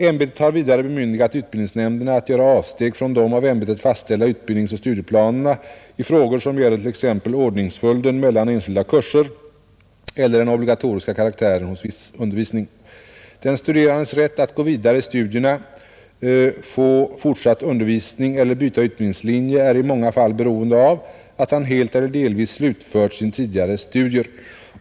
Ämbetet har vidare bemyndigat utbildningsnämnderna att göra avsteg från de av ämbetet fastställda utbildningsoch studieplanerna i frågor som gäller t.ex. ordningsföljden mellan enskilda kurser eller den obligatoriska karaktären hos viss undervisning. Den studerandes rätt att gå vidare i studierna, få fortsatt undervisning eller byta utbildningslinje är i många fall beroende av att han helt eller delvis slutfört sina tidigare studier.